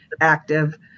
active